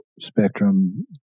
spectrum